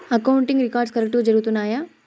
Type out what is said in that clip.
accounting records కరెక్టుగా జరుగుతున్నాయా